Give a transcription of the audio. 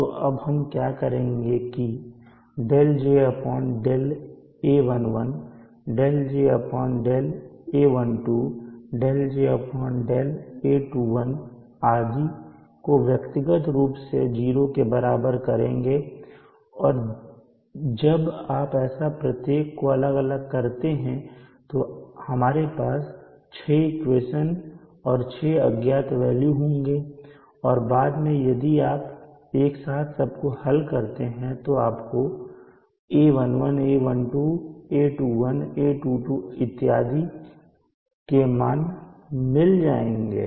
तो अब हम क्या करेंगे की δjδa11 δjδa12 δjδa21 δj δa22 δjδa31 δjδa32 को व्यक्तिगत रूप से 0 के बराबर करेंगे और जब आप ऐसा प्रत्येक को अलग अलग करते हैं तो हमारे पास छह इक्वेशन होंगे और 6 अज्ञात वेल्यू होंगे और बाद में यदि आप एक साथ सबको हल करते हैं तो आपको a11 a12 a21 a22 इत्यादि के मान मिल जाएंगे